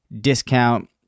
discount